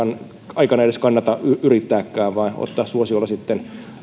aikana kannata edes yrittääkään vaan otetaan suosiolla sitten